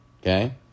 okay